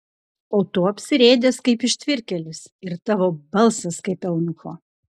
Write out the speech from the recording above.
o tu apsirėdęs kaip ištvirkėlis ir tavo balsas kaip eunucho